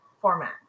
format